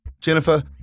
Jennifer